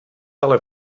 ale